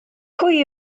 pwy